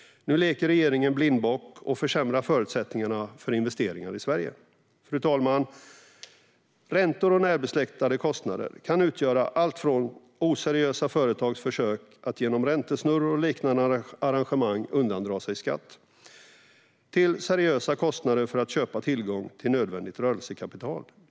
Nu leker regeringen blindbock och försämrar förutsättningarna för investeringar i Sverige. Fru talman! Räntor och närbesläktade kostnader kan utgöra allt från oseriösa företags försök att genom räntesnurror och liknande arrangemang undandra sig skatt till seriösa kostnader för att köpa tillgång till nödvändigt rörelsekapital.